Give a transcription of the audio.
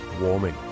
warming